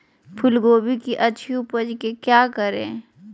फूलगोभी की अच्छी उपज के क्या करे?